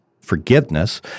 forgiveness